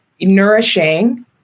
nourishing